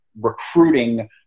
recruiting